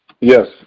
Yes